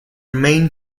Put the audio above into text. main